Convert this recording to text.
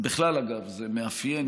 בכלל, זה מאפיין.